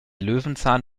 löwenzahn